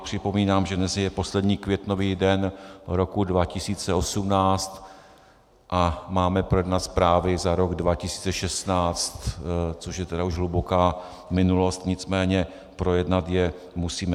Připomínám, že dnes je poslední květnový den roku 2018 a máme projednat zprávy za rok 2016, což je tedy už hluboká minulost, nicméně projednat je musíme.